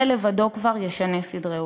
זה לבדו כבר ישנה סדרי עולם.